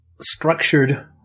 structured